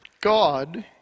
God